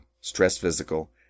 stress-physical